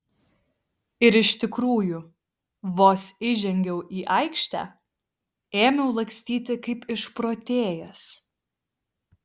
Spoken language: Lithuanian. ir iš tikrųjų vos įžengiau į aikštę ėmiau lakstyti kaip išprotėjęs